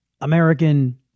American